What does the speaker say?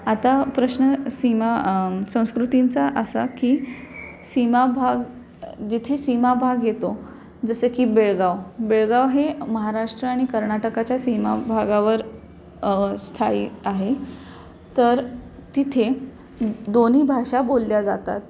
आता प्रश्न सीमा संस्कृतींचा असा की सीमाभाग जिथे सीमाभाग येतो जसं की बेळगाव बेळगाव हे महाराष्ट्र आणि कर्नाटकाच्या सीमाभागावर स्थायी आहे तर तिथे दोन्ही भाषा बोलल्या जातात